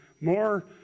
more